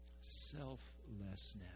Selflessness